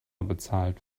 bezahlt